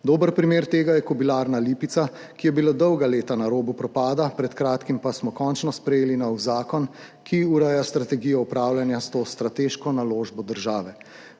Dober primer tega je Kobilarna Lipica, ki je bila dolga leta na robu propada, pred kratkim pa smo končno sprejeli nov zakon, ki ureja strategijo upravljanja s to strateško naložbo države.